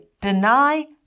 deny